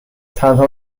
تنها